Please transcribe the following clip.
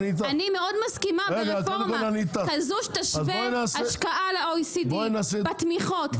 אני מאוד מסכימה ברפורמה כזו שתשווה השקעה ל-OECD בתמיכות,